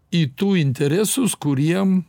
į tų interesus kuriem